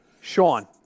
Sean